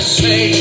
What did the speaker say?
say